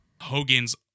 Hogan's